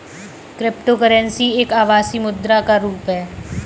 cryptocurrency एक आभासी मुद्रा का रुप है